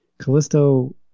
Callisto